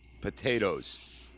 potatoes